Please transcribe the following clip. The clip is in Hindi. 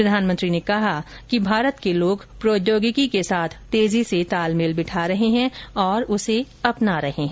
प्रधानमंत्री ने कहा कि भारत के लोग प्रौद्योगिकी के साथ तेजी से तालमेल बिठा रहे हैं और उसे अपना रहे हैं